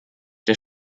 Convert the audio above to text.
der